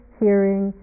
hearing